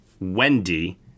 wendy